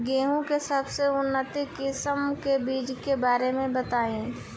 गेहूँ के सबसे उन्नत किस्म के बिज के बारे में बताई?